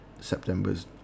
September's